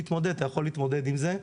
אתה יכול להתמודד עם זה,